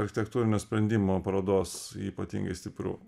architektūrinio sprendimo parodos ypatingai stipru